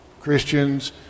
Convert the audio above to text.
Christians